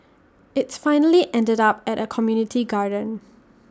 IT finally ended up at A community garden